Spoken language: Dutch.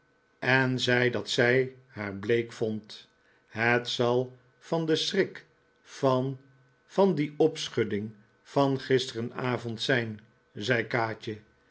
en zei dat zij haar bleek vond het zal van de schrik van van die opschudding van gisterenavond zijn zei kaatje